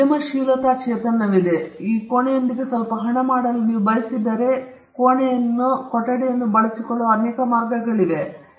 ಈಗ ನಿಮ್ಮಲ್ಲಿ ಒಂದು ಉದ್ಯಮಶೀಲತಾ ಚೇತನವಿದೆ ಮತ್ತು ನೀವು ಈ ಕೋಣೆಯೊಂದಿಗೆ ಸ್ವಲ್ಪ ಹಣವನ್ನು ಮಾಡಲು ಬಯಸಿದರೆ ಹಣವನ್ನು ಮಾಡಲು ನೀವು ಈ ಕೊಠಡಿಯನ್ನು ಬಳಸಿಕೊಳ್ಳುವ ಅನೇಕ ಮಾರ್ಗಗಳಿವೆ